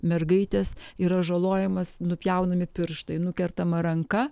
mergaitės yra žalojamas nupjaunami pirštai nukertama ranka